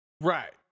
Right